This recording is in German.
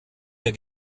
der